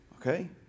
okay